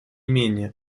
менее